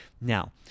Now